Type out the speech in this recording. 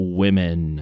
women